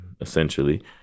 essentially